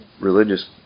religious